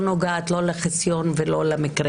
שהיא לא נוגעת לא לחיסיון ולא למקרה